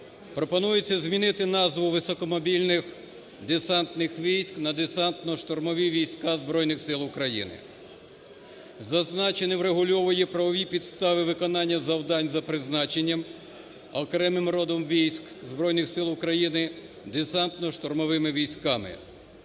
Пропонується змінити назву "Високомобільних десантних військ" на "Десантно-штурмові війська Збройних Сил України". Зазначене врегульовує правові підстави виконання завдань за призначенням окремим родом військ Збройних Сил України – Десантно-штурмовими військами.